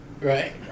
Right